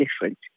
different